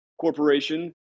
Corporation